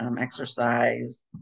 exercise